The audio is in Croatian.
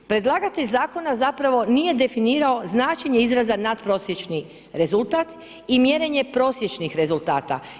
Predlagatelj zakona zapravo nije definirao značenje izraza natprosječni rezultat i mjerenje prosječnih rezultata.